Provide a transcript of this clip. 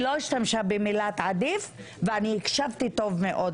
היא לא השתמשה במילה עדיף ואני הקשבתי לה טוב מאוד.